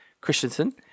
christensen